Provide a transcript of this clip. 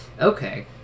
okay